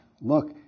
look